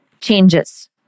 changes